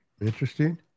Interesting